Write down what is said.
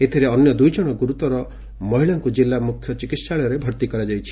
ଏଥିରେ ଅନ୍ୟ ଦୁଇଜଣ ଗୁରୁତର ମହିଳାଙ୍କୁ ଜିଲ୍ଲା ମୁଖ୍ୟ ଚିକିସ୍ାଳୟରେ ଭର୍ତି କରାଯାଇଛି